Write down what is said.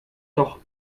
doch